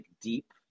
deep